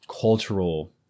cultural